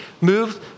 moved